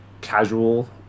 casual